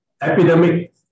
epidemic